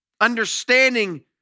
understanding